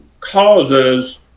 causes